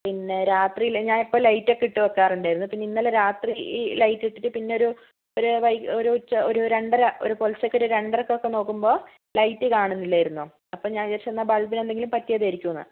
പിന്നെ രാത്രിയിൽ ഞാൻ അപ്പോൾ ലൈറ്റ് ഒക്കെ ഇട്ട് വയ്ക്കാറുണ്ടായിരുനു പിന്നെ ഇന്നലെ രാത്രി ലൈറ്റ് ഇട്ടിട്ട് പിന്നെ ഒരു ഒരു വൈക് ഒരു ഉച്ച ഒരു രണ്ടര ഒരു പുലർച്ചക്കൊരു രണ്ടരയ്ക്കൊക്ക് ഒക്കെ നോക്കുമ്പോൾ ലൈറ്റ് കാണുന്നില്ലായിരുന്നു അപ്പോൾ ഞാൻ വിചാരിച്ചു എന്നാൽ ബൾബിന് എന്തെങ്കിലും പറ്റിയതായിരിക്കുമെന്ന്